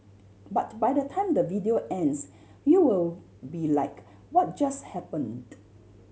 but by the time the video ends you'll be like what just happened